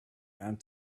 and